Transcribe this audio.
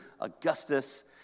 Augustus